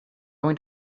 going